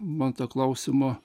man tą klausimą